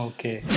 Okay